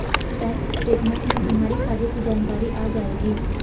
bank statement में तुम्हारे खाते की जानकारी आ जाएंगी